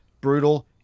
brutal